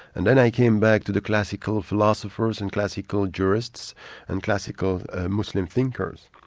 and then i came back to the classical philosophers and classical jurists and classical muslim thinkers.